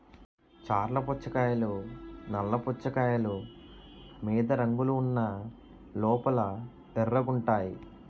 చర్ల పుచ్చకాయలు నల్ల పుచ్చకాయలు మీద రంగులు ఉన్న లోపల ఎర్రగుంటాయి